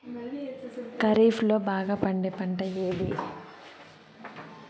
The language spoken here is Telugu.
ఖరీఫ్ లో బాగా పండే పంట ఏది?